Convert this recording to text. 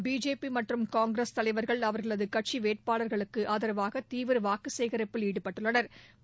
BJP மற்றும் காங்கிரஸ் தலைவர்கள் அவர்களது கட்சி வேட்பாளர்களுக்கு ஆதரவாக தீவிரவாக்கு சேகரிப்பில் ஈடுபட்டுள்ளனா்